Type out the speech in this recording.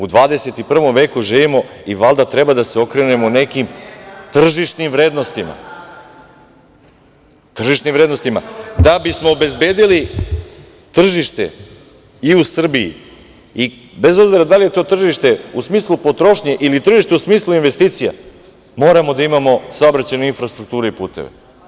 U 21. veku živimo i valjda treba da se okrenemo nekim tržišnim vrednostima da bi smo obezbedili tržište i u Srbiji, bez obzira da li je to tržište u smislu potrošnje ili tržište u smislu investicija, moramo da imamo saobraćajnu infrastrukturu i puteve.